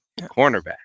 cornerback